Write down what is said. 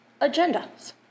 agendas